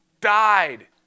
died